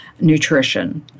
nutrition